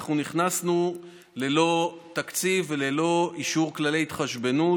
בשנת 2020 אנחנו נכנסנו ללא תקציב וללא אישור כללי התחשבנות.